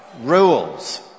rules